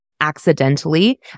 accidentally